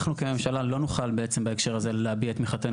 אנחנו כממשלה לא נוכל בעצם בהקשר הזה להביע את מחאתנו